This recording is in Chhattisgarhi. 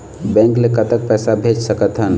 बैंक ले कतक पैसा भेज सकथन?